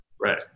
Right